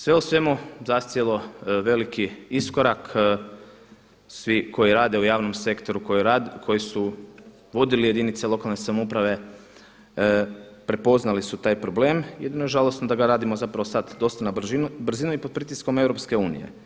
Sve u svemu zacijelo veliki iskorak, svi koji rade u javnom sektoru koji su vodili jedinice lokalne samouprave prepoznali su taj problem, jedino žalosno da ga radimo zapravo sad dosta na brzinu i pod pritiskom EU.